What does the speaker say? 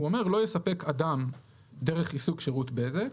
הוא אומר: לא יספק אדם דרך עיסוק שירות בזק.